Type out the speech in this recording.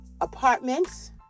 apartments